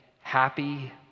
happy